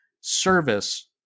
service